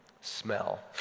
Smell